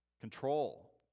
Control